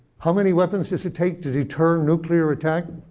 how many weapons does it take to deter a nuclear attack